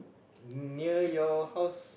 near your house